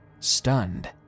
Stunned